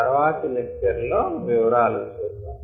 తర్వాతి లెక్చర్ లో వివరాలు చూద్దాం